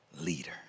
leader